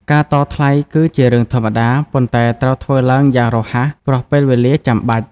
ការតថ្លៃគឺជារឿងធម្មតា ប៉ុន្តែត្រូវធ្វើឡើងយ៉ាងរហ័ស ព្រោះពេលវេលាចាំបាច់។